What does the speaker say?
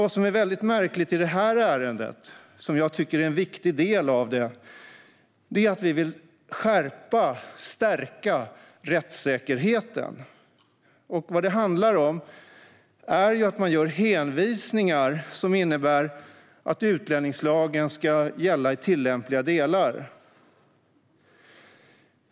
Vad som är väldigt märkligt i detta ärende - och som jag tycker är en viktig del av det - är att man gör hänvisningar som innebär att utlänningslagen ska gälla i tillämpliga delar.